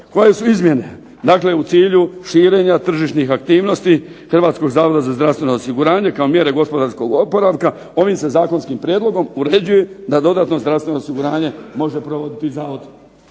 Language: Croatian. Koje su izmjene? Dakle, u cilju širenja tržišnih aktivnosti Hrvatskog zavoda za zdravstveno osiguranje kao mjere gospodarskog oporavka ovim se zakonskim prijedlogom uređuje da dodatno zdravstveno osiguranje može provoditi zavod,